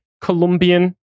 Colombian